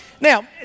now